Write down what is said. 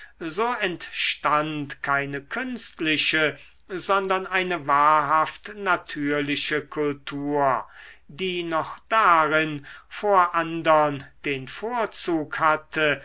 so entstand keine künstliche sondern eine wahrhaft natürliche kultur die noch darin vor andern den vorzug hatte